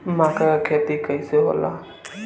मका के खेती कइसे होला?